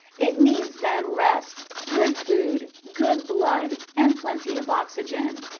it needs then rest, good food, good blood, and plenty of oxygen.